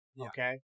Okay